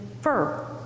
fur